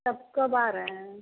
तब कब आ रहे हैं